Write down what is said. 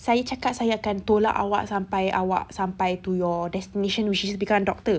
saya cakap saya akan tolak awak sampai awak to your destination which is become doctor